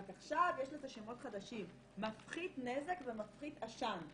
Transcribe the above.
רק עכשיו יש לזה שמות חדשים: מפחית נזק ומפחית עשן.